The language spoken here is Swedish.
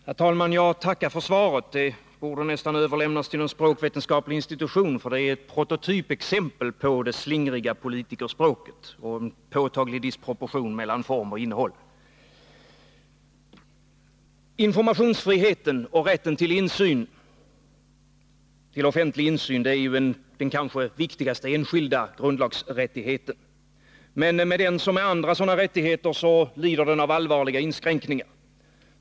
Herr talman! Jag tackar för svaret. Det borde nästan överlämnas till någon språkvetenskaplig institution, för det är ett prototypexempel på det slingriga politikerspråket och uppvisar en påtaglig disproportion mellan form och innehåll. Informationsfriheten och rätten till offentlig insyn är den kanske viktigaste enskilda grundlagsrättigheten. Men den liksom andra rättigheter lider av allvarliga inskränkningar.